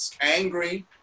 angry